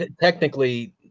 technically